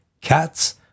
cats